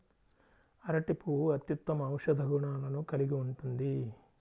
అరటి పువ్వు అత్యుత్తమ ఔషధ గుణాలను కలిగి ఉంటుంది